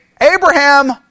Abraham